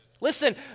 Listen